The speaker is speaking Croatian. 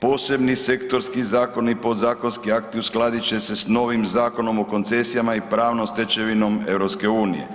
Posebni sektorski zakoni i podzakonski akti uskladit će se s novim Zakonom o koncesijama i pravnom stečevinom EU.